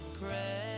pray